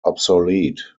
obsolete